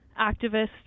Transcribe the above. activists